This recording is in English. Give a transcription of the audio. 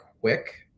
quick